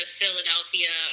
philadelphia